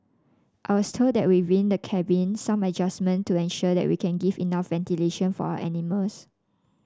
I was told that within the cabin some adjustment to ensure that we can give enough ventilation for our animals